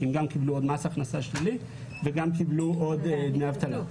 כי הן קיבלו עוד מס הכנסה שלילי וגם קיבלו עוד דמי אבטלה.